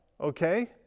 okay